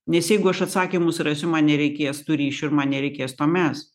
nes jeigu aš atsakymus rasiu man nereikės tų ryšių ir man nereikės to mes